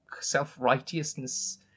self-righteousness